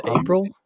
April